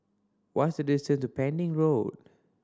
what's the distance to Pending Road